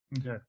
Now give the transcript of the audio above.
okay